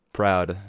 proud